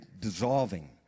dissolving